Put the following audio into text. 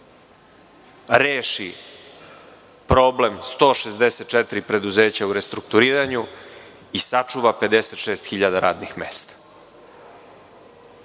reši problem 164 preduzeća u restrukturiranju i sačuva 56.000 radnih mesta,